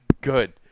Good